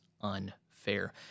unfair